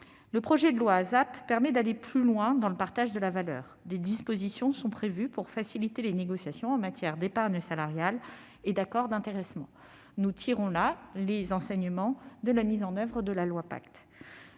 Le projet de loi ASAP permet d'aller plus loin dans le partage de la valeur. Des dispositions sont prévues pour faciliter les négociations en matière d'épargne salariale et d'accord d'intéressement. Nous tirons là les enseignements de la mise en oeuvre de la loi Pacte.